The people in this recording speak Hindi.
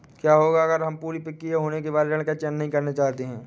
क्या होगा अगर हम पूरी प्रक्रिया पूरी होने के बाद ऋण का चयन नहीं करना चाहते हैं?